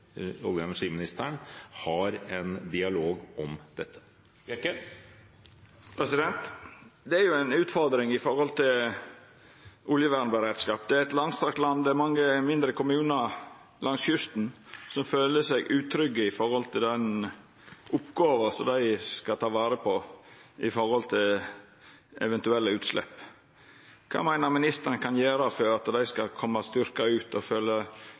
er ei utfordring når det gjeld oljevernberedskap. Det er eit langstrakt land, og det er mange mindre kommunar langs kysten som føler seg utrygge med omsyn til den oppgåva dei skal ta vare på ved eventuelle utslepp. Kva meiner ministeren ein kan gjera for at dei skal koma styrkte ut og